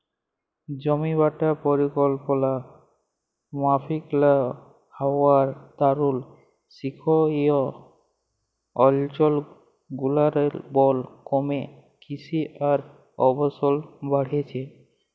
জমিবাঁটা পরিকল্পলা মাফিক লা হউয়ার দরুল লিরখ্খিয় অলচলগুলারলে বল ক্যমে কিসি অ আবাসল বাইড়হেছে